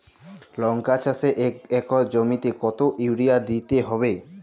লংকা চাষে এক একর জমিতে কতো ইউরিয়া দিতে হবে?